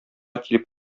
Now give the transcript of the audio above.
килеп